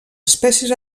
espècies